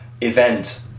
event